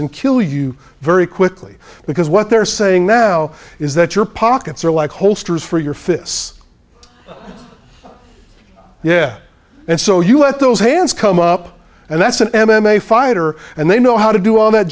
and kill you very quickly because what they're saying now is that your pockets are like holsters for your fists yeah and so you let those hands come up and that's an m m a fighter and they know how to do all that